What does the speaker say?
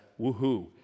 woohoo